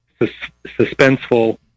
suspenseful